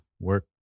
Work